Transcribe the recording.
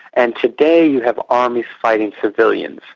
and today you have armies fighting civilians.